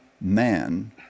man